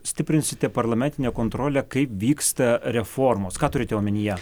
stiprinsite parlamentinę kontrolę kaip vyksta reformos ką turite omenyje